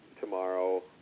tomorrow